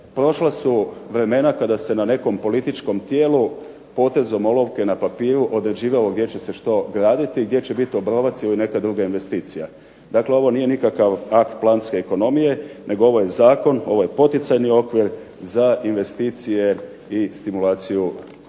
prošla su vremena kada se na nekom političkom tijelu potezom olovke na papiru određivalo gdje će se što graditi, gdje će biti Obrovac ili neka druga investicija. Dakle, ovo nije nikakav akt planske ekonomije, nego ovo je poticajni okvir za investicije i stimulaciju